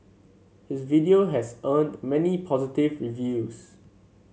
his video has earned many positive reviews